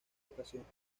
ocasiones